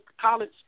college